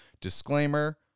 Disclaimer